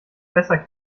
besser